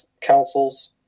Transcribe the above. councils